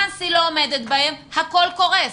ברגע שהיא לא עומדת בהן הכול קורס.